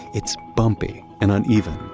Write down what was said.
it's bumpy and uneven